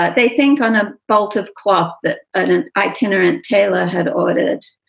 ah they think on a bolt of cloth that an itinerant tailor had ordered,